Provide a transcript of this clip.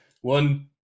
one